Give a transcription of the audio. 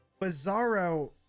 bizarro